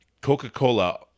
Coca-Cola